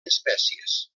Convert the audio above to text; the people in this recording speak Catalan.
espècies